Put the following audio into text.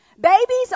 babies